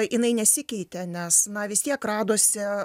jinai nesikeitė nes na vis tiek radosi